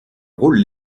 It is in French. rôle